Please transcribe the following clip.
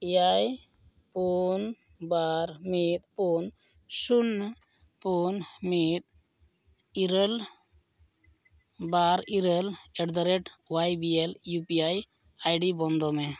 ᱮᱭᱟᱭ ᱯᱩᱱ ᱵᱟᱨ ᱢᱤᱫ ᱯᱩᱱ ᱥᱩᱱᱱᱚ ᱯᱩᱱ ᱢᱤᱫ ᱤᱨᱟᱹᱞ ᱵᱟᱨ ᱤᱨᱟᱹᱞ at the rate Y B L U P I I D ᱵᱚᱱᱫᱚᱭᱢᱮ